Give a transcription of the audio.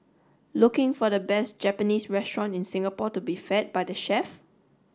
looking for the best Japanese restaurant in Singapore to be fed by the chef